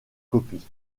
copie